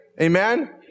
Amen